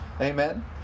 Amen